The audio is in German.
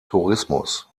tourismus